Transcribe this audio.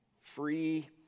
free